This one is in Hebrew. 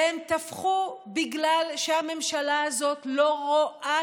והם תפחו בגלל שהממשלה הזאת לא רואה